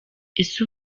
ese